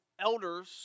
elders